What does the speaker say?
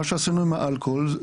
מה שעשינו עם האלכוהול,